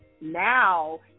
now